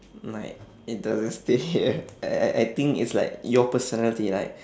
like it doesn't state here I I I I think it's like your personality like